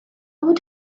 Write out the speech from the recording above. would